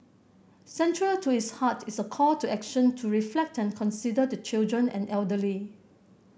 central to its heart is a call to action to reflect and consider the children and elderly